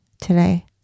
today